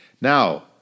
Now